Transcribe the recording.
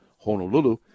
Honolulu